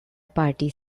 party